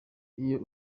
iyo